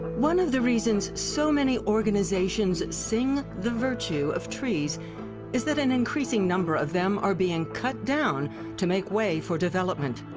one of the reasons so many organizations and sing the virtue of trees is that an increasing number of them are being cut down to make way for development.